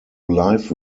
live